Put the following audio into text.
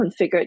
configured